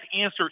answer